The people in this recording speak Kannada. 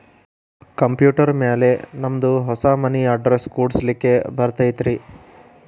ಕಂಪ್ಯೂಟರ್ ಮ್ಯಾಲೆ ನಮ್ದು ಹೊಸಾ ಮನಿ ಅಡ್ರೆಸ್ ಕುಡ್ಸ್ಲಿಕ್ಕೆ ಬರತೈತ್ರಿ?